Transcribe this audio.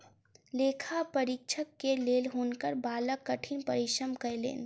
लेखा परीक्षक के लेल हुनकर बालक कठिन परिश्रम कयलैन